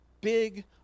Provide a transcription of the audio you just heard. big